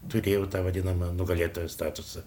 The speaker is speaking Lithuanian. turėjau tą vadinamą nugalėtojo statusą